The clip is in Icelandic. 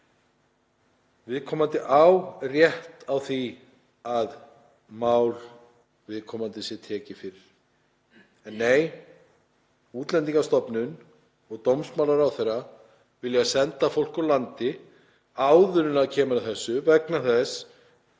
viðkomandi á rétt á því að mál hans sé tekið fyrir. En nei, Útlendingastofnun og dómsmálaráðherra vilja senda fólk úr landi áður en kemur að þessu vegna þess